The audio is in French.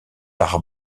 par